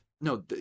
no